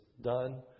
done